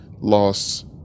loss